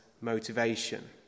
motivation